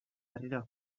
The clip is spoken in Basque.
berriro